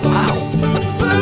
Wow